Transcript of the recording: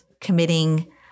committing